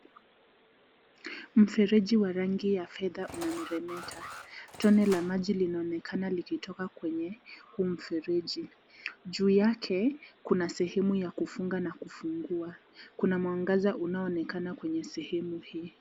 Mfereji wa rangi ya fedha unameremeta. Tone la maji linaonekana likitoka kwenye huu mfereji. Juu yake kuna sehemu ya kufunga na kufungua. Kuna mwangaza unaoonekana kwenye sehemu hii.